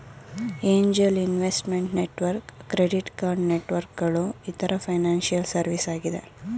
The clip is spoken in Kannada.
angel investment network, credit card networks ಗಳು ಇತರ ಫೈನಾನ್ಸಿಯಲ್ ಸರ್ವಿಸ್ ಆಗಿದೆ